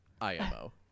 IMO